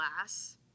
glass